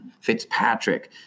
Fitzpatrick